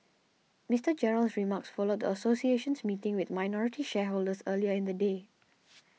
Mister Gerald's remarks followed the association's meeting with minority shareholders earlier in the day